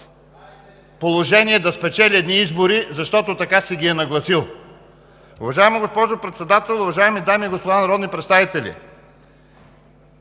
положение да спечели едни избори, защото така си ги е нагласил. Уважаема госпожо Председател, уважаеми дами и господа народни представители!